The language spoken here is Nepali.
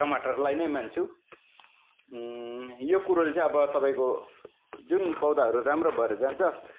टमाटरलाई नै मान्छु यो कुरोले चाहिँ अब तपाईँको जुन पौधाहरू राम्रो भएर जान्छ